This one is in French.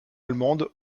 allemande